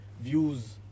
views